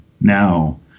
now